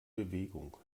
bewegung